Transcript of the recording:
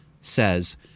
says